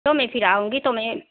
तो फिर मै आऊँगी तो मैं